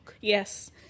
Yes